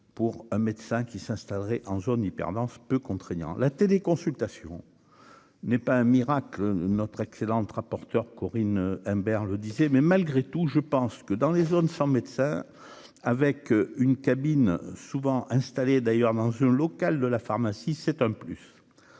pour un médecin qui s'installeraient en zone hyper dense peu contraignant, la téléconsultation n'est pas un miracle, notre excellente rapporteure Corinne Imbert le disait, mais malgré tout je pense que dans les zones sans médecin avec une cabine, souvent installés d'ailleurs dans ce local de la pharmacie, c'est un plus,